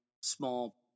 small